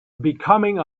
becoming